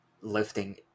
lifting